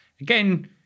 Again